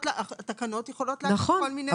התקנות יכולות להחריג כל מיני -- נכון,